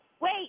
Wait